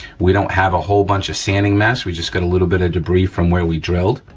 we don't have a whole bunch of sanding mess, we just got a little bit of debris from where we drilled,